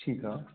ठीकु आहे